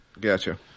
Gotcha